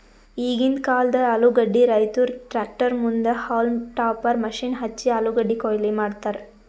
ಈಗಿಂದ್ ಕಾಲ್ದ ಆಲೂಗಡ್ಡಿ ರೈತುರ್ ಟ್ರ್ಯಾಕ್ಟರ್ ಮುಂದ್ ಹೌಲ್ಮ್ ಟಾಪರ್ ಮಷೀನ್ ಹಚ್ಚಿ ಆಲೂಗಡ್ಡಿ ಕೊಯ್ಲಿ ಮಾಡ್ತರ್